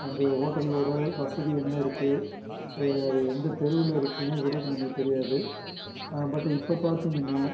அந்த ஹோட்டலோடய வசதி என்ன இருக்குது அது எந்த தெருவில் இருக்குன்னே கூட நமக்கு தெரியாது பட் இப்போ பார்த்திங்கன்னா